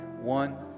One